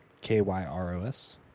K-Y-R-O-S